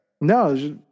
No